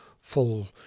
full